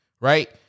right